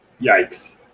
Yikes